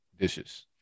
Dishes